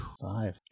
Five